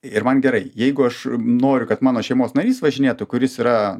ir man gerai jeigu aš noriu kad mano šeimos narys važinėtų kuris yra